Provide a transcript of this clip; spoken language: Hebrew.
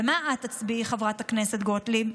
ומה את תצביעי, חברת הכנסת גוטליב?